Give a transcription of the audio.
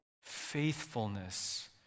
faithfulness